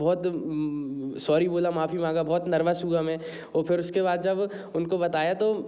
बहुत सॉरी बोला माफ़ी मांगी बहुत नर्वस हुआ मैं और फिर उसके बाद जब उनको बताया तो